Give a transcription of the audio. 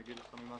אני אגיד לך ממה